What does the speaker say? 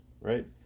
Right